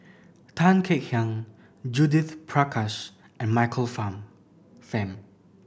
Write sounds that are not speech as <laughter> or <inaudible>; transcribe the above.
Tan Kek Hiang Judith Prakash and Michael <unintelligible> Fam